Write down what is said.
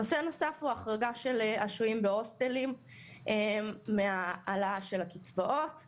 נושא נוסף הוא החרגה של השוהים בהוסטלים מהעלאת הקצבאות.